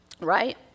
right